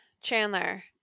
Chandler